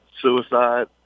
suicide